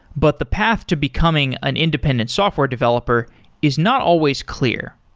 but the path to becoming an independent software developer is not always clear.